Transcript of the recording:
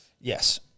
Yes